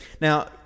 Now